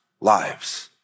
lives